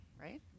right